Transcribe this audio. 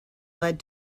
led